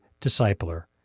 discipler